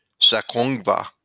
Sakongva